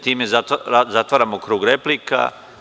Time zatvaramo krug repliki.